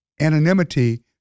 anonymity